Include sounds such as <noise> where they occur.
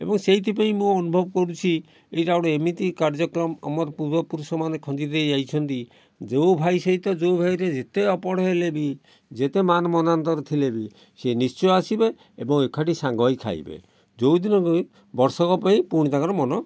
ଏବଂ ସେଇଥିପାଇଁ ମୁଁ ଅନୁଭବ କରୁଛି ଏଇଟା ଗୋଟେ ଏମିତି କାର୍ଯ୍ୟକ୍ରମ ଆମର ପୂର୍ବ ପୁରୁଷ ମାନେ ଖଞ୍ଜି ଦେଇ ଯାଇଛନ୍ତି ଯେଉଁ ଭାଇ ସହିତ ଯେଉଁ ଭାଇର ଯେତେ ଅପଡ଼ ହେଲେ ବି ଯେତେ ମାନ ମନାନ୍ତର ଥିଲେ ବି ସେ ନିଶ୍ଚୟ ଆସିବେ ଏବଂ ଏକାଠି ସାଙ୍ଗ ହେଇ ଖାଇବେ ଯେଉଁ ଦିନ <unintelligible> ବର୍ଷକ ପାଇଁ ପୁଣି ତାଙ୍କର ମନ